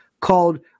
called